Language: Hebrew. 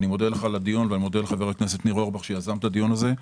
אני מודה לך על הדיון ומודה לחבר הכנסת ניר אורבך שיזם את הדיון הזה.